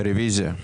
רוויזיה.